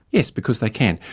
yes, because they can.